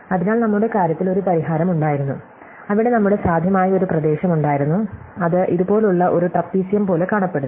അതിനാൽ നമ്മുടെ കാര്യത്തിൽ ഒരു പരിഹാരം ഉണ്ടായിരുന്നു അവിടെ നമ്മുടെ സാധ്യമായ ഒരു പ്രദേശം ഉണ്ടായിരുന്നു അത് ഇതുപോലുള്ള ഒരു ട്രപീസിയം പോലെ കാണപ്പെടുന്നു